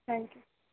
thank you